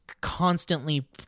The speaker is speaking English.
constantly